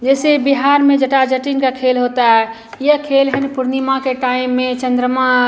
जैसे बिहार में जटा जटिन का खेल होता है यह खेल है ना पूर्णिमा के टाइम में चन्द्रमा